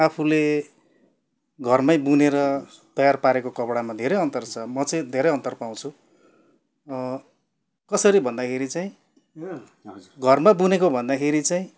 आफूले घरमै बुनेर तयार पारेको कपडामा धेरै अन्तर छ म चाहिँ धेरै अन्तर पाउँछु कसरी भन्दाखेरि चाहिँ घरमा बुनेको भन्दाखेरि चाहिँ